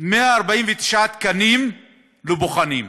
149 תקנים לבוחנים,